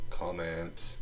comment